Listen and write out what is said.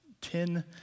ten